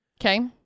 Okay